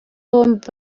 bombi